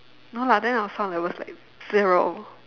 no lah then our sound level's like zero